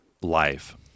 life